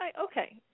Okay